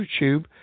YouTube